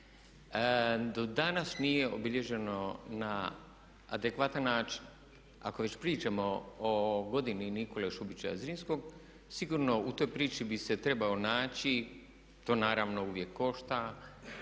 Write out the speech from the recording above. Do danas nije obilježeno na adekvatan način. Ako već pričamo o godini Nikole Šubića Zrinskog sigurno u toj priči bi se trebao naći, to naravno uvijek košta,